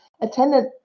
attended